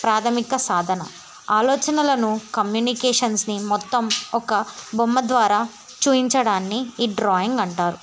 ప్రాథమిక సాధన ఆలోచనలను కమ్యూనికేషన్స్ని మొత్తం ఒక బొమ్మ ద్వారా చూపించడాన్ని ఈ డ్రాయింగ్ అంటారు